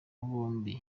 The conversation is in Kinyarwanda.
bombi